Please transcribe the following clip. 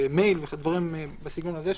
מייל ודברים מהסוג הזה,